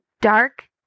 dark